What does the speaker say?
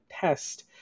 test